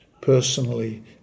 personally